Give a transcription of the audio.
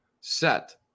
set